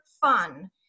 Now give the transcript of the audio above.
fun